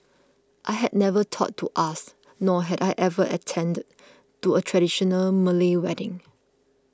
I had never thought to ask nor had I ever attended to a traditional Malay wedding